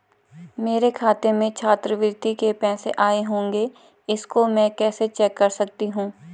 मेरे खाते में छात्रवृत्ति के पैसे आए होंगे इसको मैं कैसे चेक कर सकती हूँ?